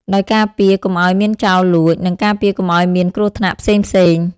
ដោយការពារកុំអោយមានចោរលួច និងការពារកុំអោយមានគ្រោះថ្នាក់ផ្សេងៗ។